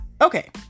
Okay